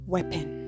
Weapon